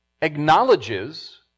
acknowledges